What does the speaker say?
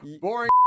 boring